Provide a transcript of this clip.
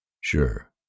Sure